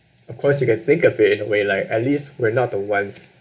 of course you can think of it in a way like at least we're not the ones